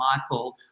Michael